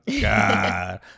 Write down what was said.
god